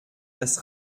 das